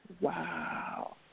Wow